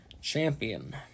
Champion